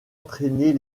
entraîner